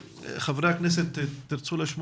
אני מברך את חבריי חברי הכנסת ווליד טאהא ואוסמה